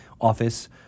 office